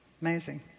Amazing